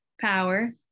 Power